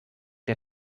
der